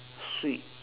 sweet